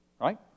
Right